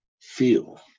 feel